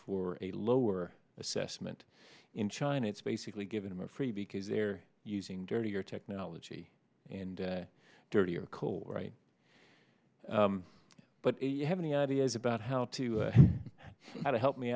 for a lower assessment in china it's basically giving them a free because they're using dirtier technology and dirtier coal right but you have any ideas about how to how to help me